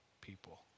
people